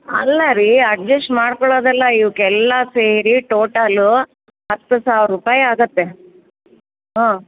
ಅಲ್ಲ ರೀ ಅಡ್ಜಸ್ಟ್ ಮಾಡ್ಕೋಳ್ಳೋದಲ್ಲ ಇವಕ್ಕೆಲ್ಲಾ ಸೇರಿ ಟೋಟಲು ಹತ್ತು ಸಾವಿರ ರೂಪಾಯಿ ಆಗುತ್ತೆ ಹ್ಞೂ